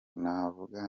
navuga